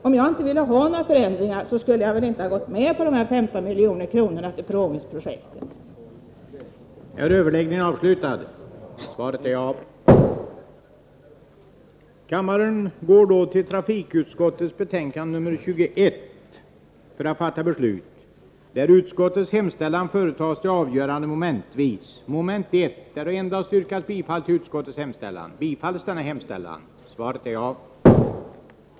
Om jag inte ville ha några förändringar skulle jag väl inte ha gått med på de 15 miljoner kronorna till PROMIS-projektet.